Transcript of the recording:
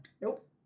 Nope